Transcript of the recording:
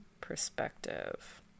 perspective